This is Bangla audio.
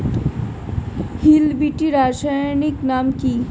হিল বিটি রাসায়নিক নাম কি?